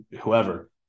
whoever